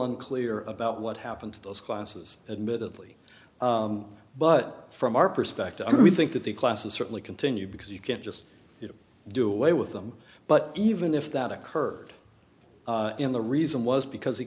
unclear about what happened to those classes admittedly but from our perspective we think that the classes certainly continue because you can't just do away with them but even if that occurred in the reason was because he